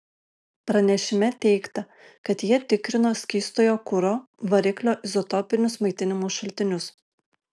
pranešime teigta kad jie tikrino skystojo kuro variklio izotopinius maitinimo šaltinius